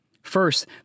First